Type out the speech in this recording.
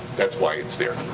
that's why it's there,